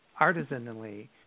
artisanally